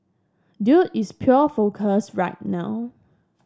dude is pure focus right now